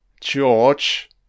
George